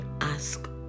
ask